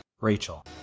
rachel